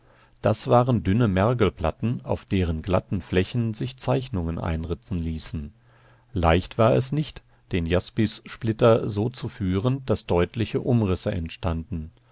das waren dünne mergelplatten auf deren glatten flächen sich zeichnungen einritzen ließen leicht war es nicht den jaspissplitter so zu führen daß deutliche umrisse entstanden